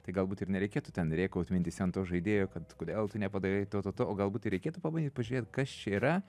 tai galbūt ir nereikėtų ten rėkaut mintyse ant to žaidėjo kad kodėl tu nepadarei to to o galbūt ir reikėtų pabandyt pažiūrėt kas čia yra